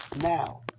now